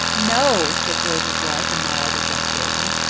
no, said george's wife in mild exasperation.